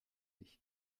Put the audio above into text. ich